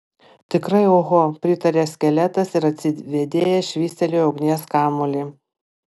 tikrai oho pritarė skeletas ir atsivėdėjęs švystelėjo ugnies kamuolį